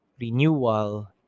renewal